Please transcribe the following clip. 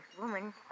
woman